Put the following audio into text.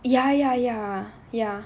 ya ya ya ya